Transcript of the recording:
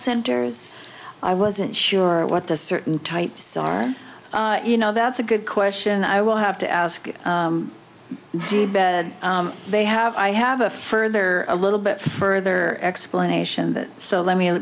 centers i wasn't sure what the certain types are you know that's a good question i will have to ask do they have i have a further a little bit further explanation but so let me